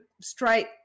straight